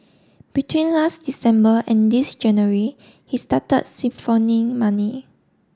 between last December and this January he started siphoning money